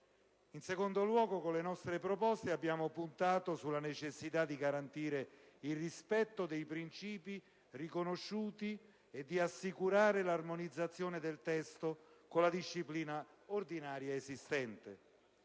In secondo luogo, con le nostre proposte abbiamo puntato sulla necessità di garantire il rispetto dei principi costituzionalmente riconosciuti e di assicurare l'armonizzazione del testo con la disciplina ordinaria esistente.